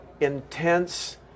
intense